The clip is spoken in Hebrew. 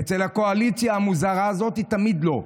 אצל הקואליציה המוזרה הזאת זה תמיד לא.